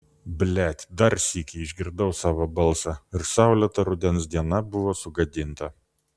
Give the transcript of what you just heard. blet dar sykį išgirdau savo balsą ir saulėta rudens diena buvo sugadinta